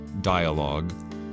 dialogue